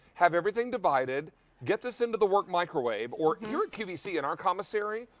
have everything divided, get this into the work microwave, or here in qvc, in our commissary,